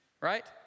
right